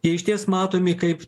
jie išties matomi kaip